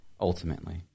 ultimately